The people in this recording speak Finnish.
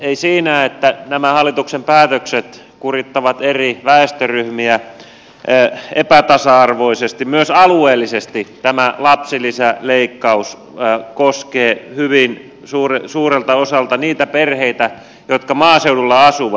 ei siinä että nämä hallituksen päätökset kurittavat eri väestöryhmiä epätasa arvoisesti vaan myös alueellisesti tämä lapsilisäleikkaus koskee hyvin suurelta osalta niitä perheitä jotka maaseudulla asuvat